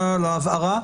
תודה על הבהרה.